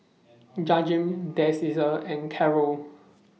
Jaheem Deasia and Carroll